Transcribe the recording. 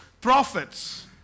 prophets